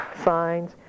Signs